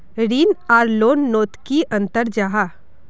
ऋण आर लोन नोत की अंतर जाहा?